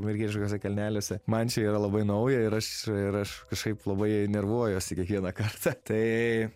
amerikietiškuose kalneliuose man čia yra labai nauja ir aš ir aš kažkaip labai nervuojuosi kiekvieną kartą tai